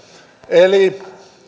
eli